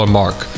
mark